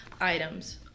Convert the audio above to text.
items